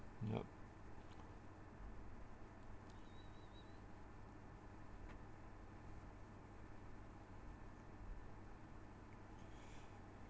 yup